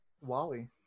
Wally